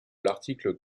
l’article